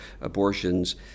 abortions